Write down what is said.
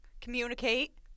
Communicate